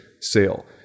sale